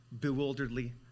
bewilderedly